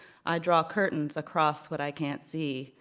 i draw curtains across what i can't see,